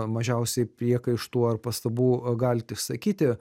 mažiausiai priekaištų ar pastabų galit išsakyti